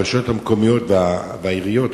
הרשויות המקומיות והעיריות,